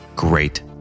great